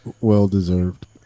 Well-deserved